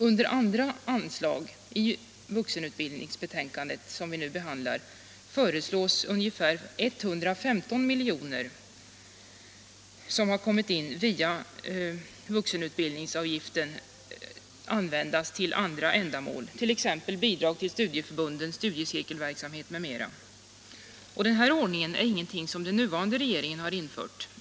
Under andra anslag i det betänkande vi nu behandlar föreslås att ungefär 115 miljoner, som har kommit in via vuxenutbildningsavgiften, används till andra ändamål — bidrag till studieförbunden, studiecirkelverksamhet m.m. Den ordningen är ingenting som den nuvarande regeringen har infört.